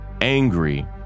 angry